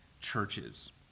churches